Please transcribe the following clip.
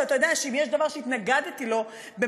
שאתה יודע שאם יש דבר שהתנגדתי לו במהלך